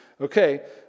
Okay